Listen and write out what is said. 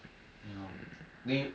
but it's because I play a lot of M_L